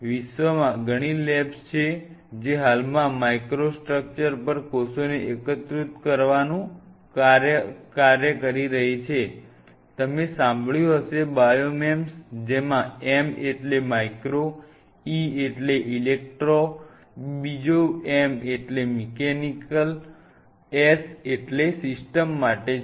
વિશ્વભરમાં ઘણી લેબ્સ છે જે હાલમાં માઇક્રોસ્ટ્રક્ચર્સ પર કોષોને એકીકૃત કરવાના ક્ષેત્રમાં કામ કરી રહી છે તમે સાંભળ્યું હશે બાયોમેમ્સ જેમાં M એટલે કે માઇક્રો E એટલે ઇલેક્ટ્રો બીજો M એટલે મિકેનિકલ S એ સિસ્ટમ માટે છે